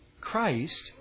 Christ